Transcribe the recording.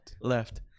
left